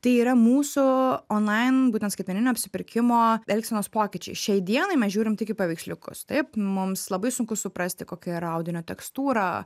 tai yra mūsų onlain būtent skaitmeninio apsipirkimo elgsenos pokyčiai šiai dienai mes žiūrim tik į paveiksliukus taip mums labai sunku suprasti kokia yra audinio tekstūra